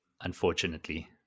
Unfortunately